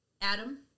Adam